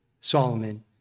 Solomon